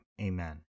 Amen